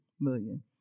million